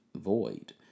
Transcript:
void